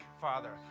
Father